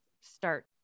start